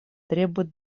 требует